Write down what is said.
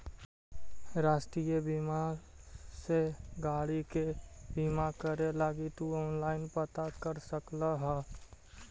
राष्ट्रीय बीमा से गाड़ी के बीमा करे लगी तु ऑनलाइन पता कर सकऽ ह